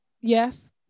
Yes